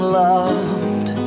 loved